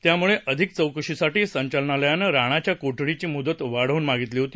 त्यामुळे अधिक चौकशीसाठी संचालनालयानं राणाच्या कोठडीची मुदत वाढवून मागितली होती